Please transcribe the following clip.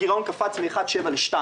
הגירעון קפץ מ-1.7 ל-2.